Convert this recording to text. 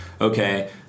Okay